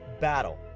battle